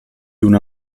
una